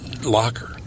locker